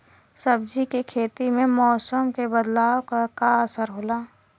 सब्जी के खेती में मौसम के बदलाव क का असर होला?